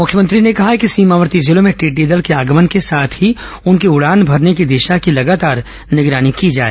मुख्यमंत्री ने कहा है कि सीमावर्ती जिलों में टिड़डी दल के आगमन के साथ ही उनके उड़ान भरने की दिशा की लगातार निगरानी की जाए